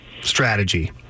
strategy